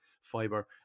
fiber